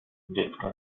dziecka